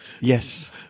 yes